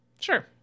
Sure